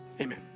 Amen